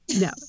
No